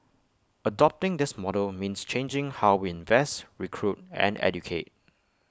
adopting this model means changing how we invest recruit and educate